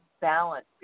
balance